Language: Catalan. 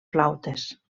flautes